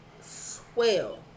Swell